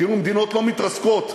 כאילו מדינות לא מתרסקות מסביבנו,